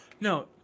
No